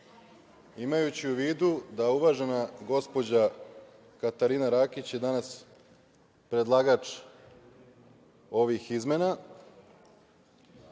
imajući u vidu da uvažena gospođa Katarina Rakić je danas predlagač ovih izmena